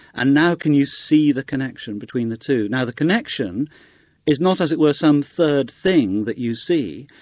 and now can you see the connection between the two? now the connection is not as it were, some third thing that you see,